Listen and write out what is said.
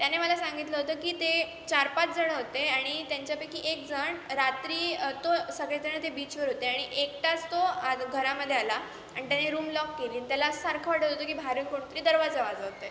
त्याने मला सांगितलं होतं की ते चार पाच जणं होते आणि त्यांच्यापैकी एक जण रात्री तो सगळे जणं ते बीचवर होते आणि एकटाच तो आज घरामध्ये आला आणि त्याने रूम लॉक केली आणि त्याला सारखं वाटत होतं की बाहेरून कोणीतरी दरवाजा वाजवतं आहे